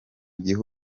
gihe